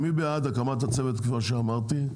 מי בעד הקמת הצוות כמו שאמרתי?